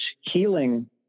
healing